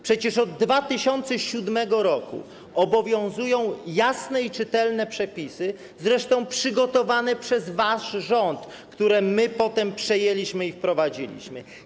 Przecież od 2007 r. obowiązują jasne i czytelne przepisy, zresztą przygotowane przez wasz rząd, które potem przejęliśmy i wprowadziliśmy.